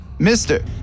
Mister